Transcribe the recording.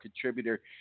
contributor